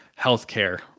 healthcare